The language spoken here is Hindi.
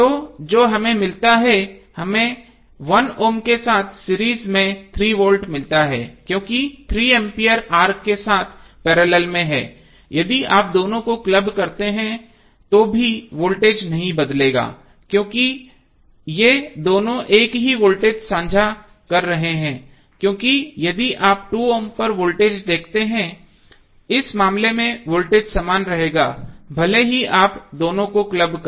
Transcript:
तो जो हमें मिलता है हमें 1 ओम के साथ सीरीज में 3 वोल्ट मिलता है क्योंकि 3 एम्पीयर R के साथ पैरेलल में है यदि आप दोनों को क्लब करते हैं तो भी वोल्टेज नहीं बदलेगा क्योंकि ये दोनों एक ही वोल्टेज साझा कर रहे हैं क्योंकि यदि आप 2 ओम पर वोल्टेज देखते हैं इस मामले में वोल्टेज समान रहेगा भले ही आप दोनों को क्लब करें